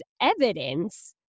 evidence